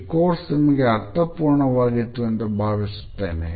ಈ ಕೋರ್ಸ್ ನಿಮಗೆ ಅರ್ಥಪೂರ್ಣವಾಗಿತ್ತು ಎಂದು ಭಾವಿಸುತ್ತೇನೆ